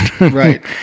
Right